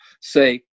say